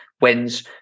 wins